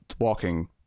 walking